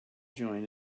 join